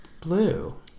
blue